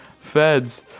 feds